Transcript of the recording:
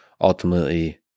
ultimately